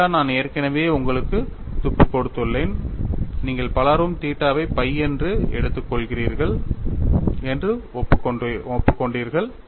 theta நான் ஏற்கனவே உங்களுக்கு துப்பு கொடுத்துள்ளேன் நீங்கள் பலரும் தீட்டாவை pi என்று எடுத்துக்கொள்வீர்கள் என்று ஒப்புக்கொண்டீர்கள்